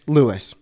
Lewis